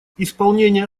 исполнение